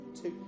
two